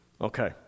Okay